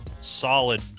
solid